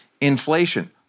inflation